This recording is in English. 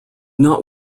not